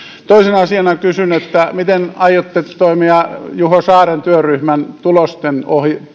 toisena asiana kysyn miten aiotte toimia juho saaren työryhmän tulosten